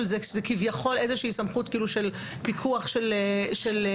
זה שהיא כביכול איזושהי סמכות של פיקוח של אנשים